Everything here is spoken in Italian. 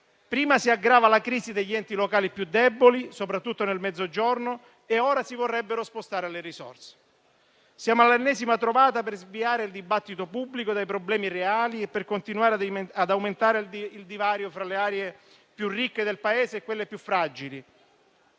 prima si aggrava la crisi degli enti locali più deboli, soprattutto nel Mezzogiorno e ora si vorrebbero spostare le risorse. Siamo all'ennesima trovata per sviare il dibattito pubblico dai problemi reali e per continuare ad aumentare il divario fra le aree più ricche del Paese e quelle più fragili.